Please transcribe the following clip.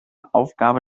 aufgabe